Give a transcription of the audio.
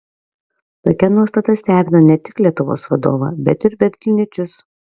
tokia nuostata stebino ne tik lietuvos vadovą bet ir berlyniečius